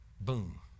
boom